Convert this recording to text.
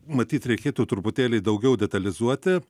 matyt reikėtų truputėlį daugiau detalizuoti